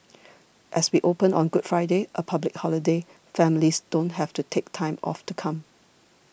as we open on Good Friday a public holiday families don't have to take time off to come